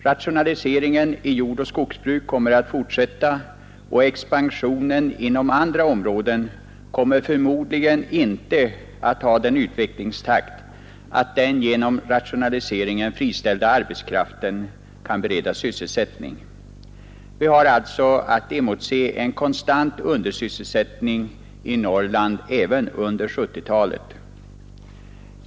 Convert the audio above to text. Rationaliseringen inom jordbruk och skogsbruk kommer att fortsätta, och expansionen inom andra områden kommer förmodligen inte att ha en sådan utvecklingstakt att den genom rationaliseringen friställda arbetskraften kan beredas sysselsättning. Vi har alltså att emotse en konstant undersysselsättning i Norrland även under 1970-talet.